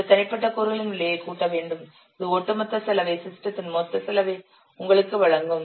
இந்த தனிப்பட்ட கூறுகளின் விலையை கூட்ட வேண்டும் இது ஒட்டுமொத்த செலவை சிஸ்டத்தின் மொத்த செலவை உங்களுக்கு வழங்கும்